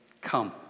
Come